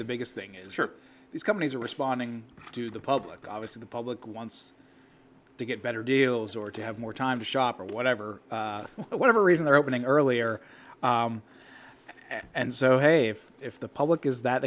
the biggest thing is sure these companies are responding to the public i was in the public wants to get better deals or to have more time to shop or whatever whatever reason they're opening earlier and so hey if if the public is that